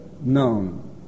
known